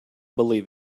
believe